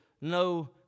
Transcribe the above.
no